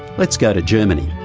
let's go to germany.